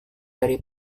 dari